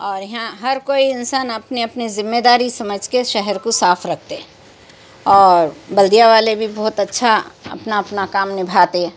اور یہاں ہر کوئی انسان اپنے اپنے ذمے داری سمجھ کے شہر کو صاف رکھتے اور بلدیو والے بھی بہت اچّھا اپنا اپنا کام نبھاتے